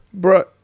Bruh